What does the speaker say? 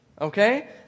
okay